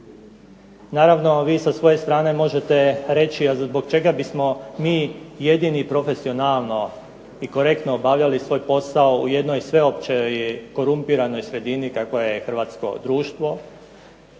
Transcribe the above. Naravno, vi sa svoje strane možete reći, a zbog čega bismo mi jedini profesionalno i korektno obavljali svoj posao u jednoj sveopćoj korumpiranoj sredini kakvo je hrvatsko društvo?